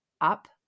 up